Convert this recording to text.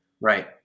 Right